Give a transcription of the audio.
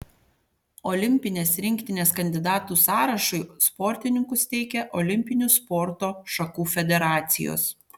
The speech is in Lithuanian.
olimpinės rinktinės kandidatų sąrašui sportininkus teikia olimpinių sporto šakų federacijos